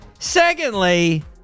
Secondly